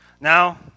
Now